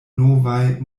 novaj